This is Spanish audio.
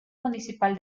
municipal